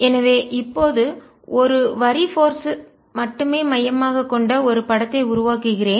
எனவே இப்போது ஒரு வரி போர்ஸ் ஐ மட்டுமே மையமாகக் கொண்ட ஒரு படத்தை உருவாக்குகிறேன்